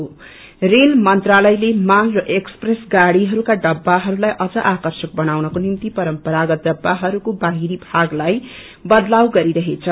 rail rail मंत्रालयले माल र एक्स्प्रेस गाडीहरूका डब्कबाहरूलाई अझ आर्कषक बनाउनको निम्ति परम्परागत डिब्बाहरूको बाहिरी भागलाई बदलाव गरिरहेछ